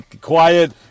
Quiet